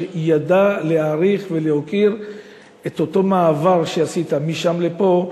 שידעו להעריך ולהוקיר את אותו מעבר שעשית משם לפה,